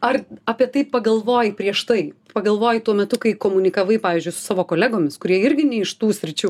ar apie tai pagalvoji prieš tai pagalvoji tuo metu kai komunikavai pavyzdžiui su savo kolegomis kurie irgi ne iš tų sričių